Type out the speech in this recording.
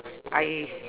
I